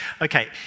Okay